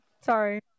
Sorry